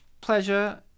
pleasure